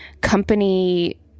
company